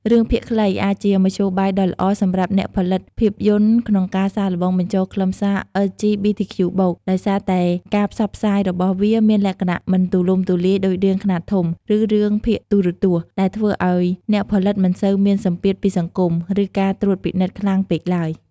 រឿងភាគខ្លី អាចជាមធ្យោបាយដ៏ល្អសម្រាប់អ្នកផលិតភាពយន្តក្នុងការសាកល្បងបញ្ចូលខ្លឹមសារ អិល ជី ប៊ី ធី ខ្ជូ បូក (LGBTQ+) ដោយសារតែការផ្សព្វផ្សាយរបស់វាមានលក្ខណៈមិនទូលំទូលាយដូចរឿងខ្នាតធំ ឬរឿងភាគទូរទស្សន៍ ដែលធ្វើឱ្យអ្នកផលិតមិនសូវមានសម្ពាធពីសង្គម ឬការត្រួតពិនិត្យខ្លាំងពេកទ្បើយ។